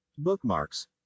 Bookmarks